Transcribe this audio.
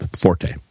forte